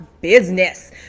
business